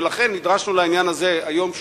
ולכן נדרשנו לעניין הזה היום שוב,